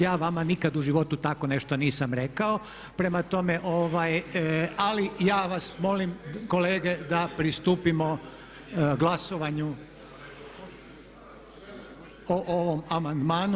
Ja vama nikad u životu tako nešto nisam rekao, prema tome ali ja vas molim kolege da pristupimo glasovanju o ovom amandmanu.